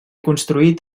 construït